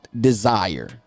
desire